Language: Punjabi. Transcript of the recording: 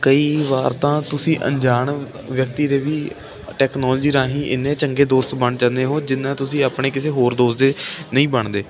ਕਈ ਵਾਰ ਤਾਂ ਤੁਸੀਂ ਅਣਜਾਣ ਵਿਅਕਤੀ ਦੇ ਵੀ ਟੈਕਨੋਲੋਜੀ ਰਾਹੀਂ ਇੰਨੇ ਚੰਗੇ ਦੋਸਤ ਬਣ ਜਾਂਦੇ ਹੋ ਜਿੰਨਾਂ ਤੁਸੀਂ ਆਪਣੇ ਕਿਸੇ ਹੋਰ ਦੋਸਤ ਦੇ ਨਹੀਂ ਬਣਦੇ